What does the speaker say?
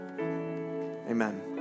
Amen